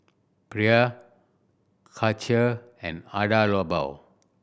Perrier Karcher and Hada Labo